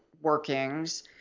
workings